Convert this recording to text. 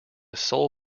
soul